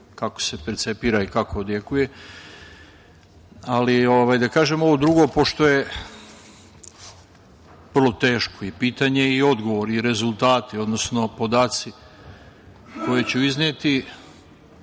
kako se percepira i kako odjekuje, ali da kažem ovo drugo pošto je vrlo teško i pitanje i odgovori i rezultati, odnosno podaci koje ću izneti